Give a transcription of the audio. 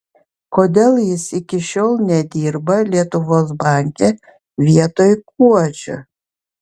kodėl jis iki šiol nedirba lietuvos banke vietoj kuodžio